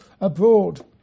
abroad